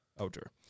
Outdoor